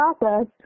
process